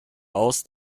aus